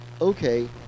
Okay